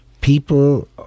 people